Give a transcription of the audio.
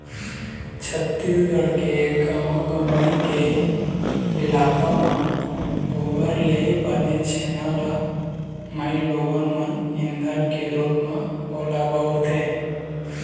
छत्तीसगढ़ के गाँव गंवई के इलाका म गोबर ले बने छेना ल माइलोगन मन ईधन के रुप म ओला बउरथे